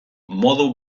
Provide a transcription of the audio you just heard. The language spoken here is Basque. modu